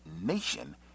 nation